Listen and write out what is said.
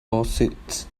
lawsuits